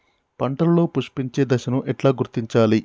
పంటలలో పుష్పించే దశను ఎట్లా గుర్తించాలి?